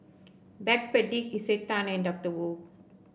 Backpedic Isetan and Doctor Wu